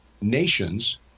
nations